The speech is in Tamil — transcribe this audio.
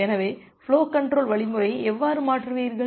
எனவே ஃபுலோ கன்ட்ரோல் வழிமுறையை எவ்வாறு மாற்றுவீர்கள்